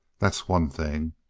that's one thing.